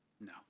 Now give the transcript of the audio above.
No